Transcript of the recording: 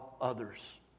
others